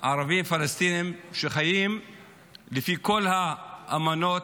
ערבים פלסטינים שלפי כל האמנות,